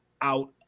out